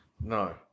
No